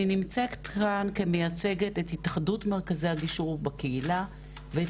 אני נמצאת כאן כמייצגת את התאחדות מרכזי הגישור בקהילה ואת